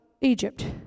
Egypt